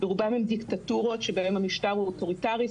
ברובם הם דיקטטורות שבהם המשטר הוא אוטוריטרי,